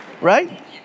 Right